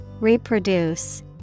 Reproduce